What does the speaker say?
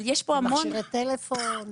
במכשירי טלפון?